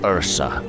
Ursa